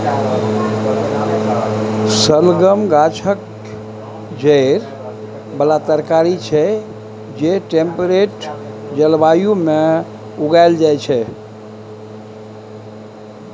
शलगम गाछक जड़ि बला तरकारी छै जे टेम्परेट जलबायु मे उगाएल जाइ छै